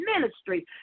ministry